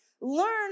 learn